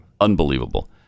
Unbelievable